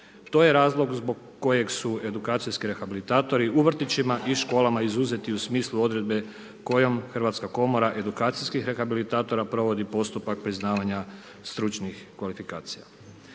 To je razlog zbog kojeg su edukacijski rehabilitatori u vrtićima i školama izuzeti u smislu odredbe kojom Hrvatska komora edukacijskih rehabilitatora provodi postupak priznavanja stručnih kvalifikacija